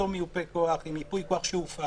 אותו מיופה כוח עם ייפוי כוח שהופעל,